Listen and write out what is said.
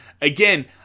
Again